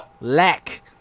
Lack